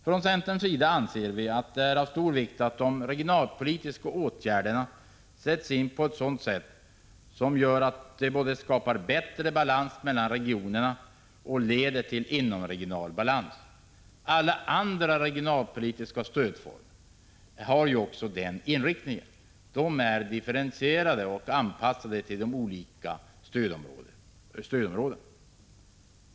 Från centerns sida anser vi att det är av stor vikt att de regionalpolitiska åtgärderna sätts in på ett sådant sätt som gör att de både skapar bättre balans mellan regioner och leder till inomregional balans. Alla andra regionalpolitiska stödformer har ju den inriktningen. De är differentierade och anpassade till de olika stödområdena.